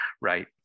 right